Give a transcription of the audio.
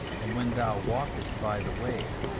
and when thou walkest by the way,